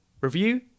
review